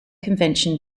convention